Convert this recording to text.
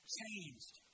changed